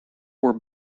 were